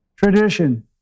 Tradition